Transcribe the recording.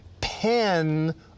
pen